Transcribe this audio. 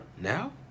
Now